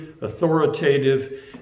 authoritative